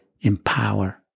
empower